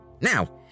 Now